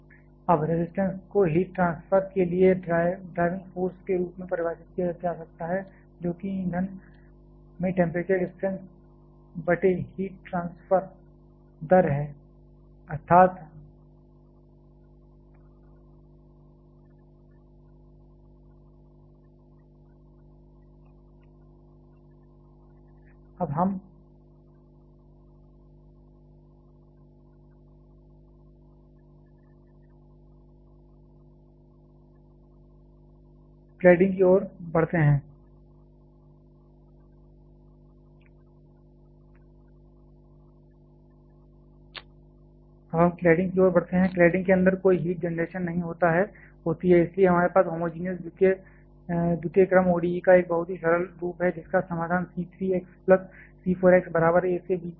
अब रजिस्टेंस को heat transfer के लिए ड्राइविंग फोर्स के रूप में परिभाषित किया जा सकता है जो कि ईंधन में टेंपरेचर डिफरेंस बटे हीट ट्रांसफर दर है अर्थात् ΔTfuel qa 2AkF अब हम क्लैडिंग की ओर बढ़ते हैं क्लैडिंग के अंदर कोई हीट जनरेशन नहीं होती है और इसलिए हमारे पास होमोजेनियस द्वितीय क्रम ODE का एक बहुत ही सरल रूप है जिसका समाधान c 3 x plus c 4 x बराबर a से b के लिए होगा